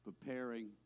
preparing